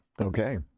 Okay